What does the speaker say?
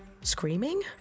screaming